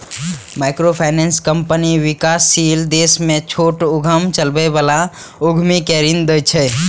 microfinance company विकासशील देश मे छोट उद्यम चलबै बला उद्यमी कें ऋण दै छै